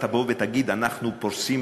ואם הממשלה תבוא ותגיד: אנחנו פורסים